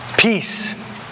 Peace